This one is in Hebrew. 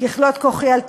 ככלות כוחי אל תעזבני.